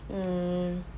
mm